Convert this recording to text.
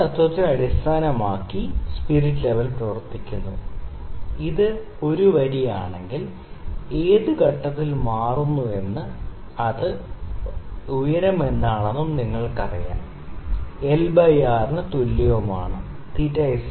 ഈ തത്വത്തെ അടിസ്ഥാനമാക്കി സ്പിരിറ്റ് ലെവൽ പ്രവർത്തിക്കുന്നു ഇത് വരി l ആണെങ്കിൽ ഏത് ഘട്ടത്തിലും അത് മാറുന്നുവെങ്കിൽ അവസാനം അത് എയിൽ നിന്ന് എയിലേക്ക് മാറുന്നുവെന്നും ഈ ഉയരം എച്ച് ആണെന്നും നിങ്ങൾക്കറിയാം l ബൈ R ന് തുല്യമാണ് ശരി